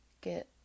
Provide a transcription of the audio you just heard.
Get